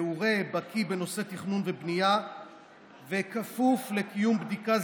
מעורה ובקי בנושאי תכנון ובנייה וכפוף לקיום בדיקה